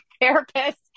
therapist